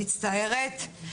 מצטערת.